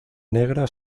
negra